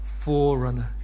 Forerunner